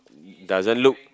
doesn't look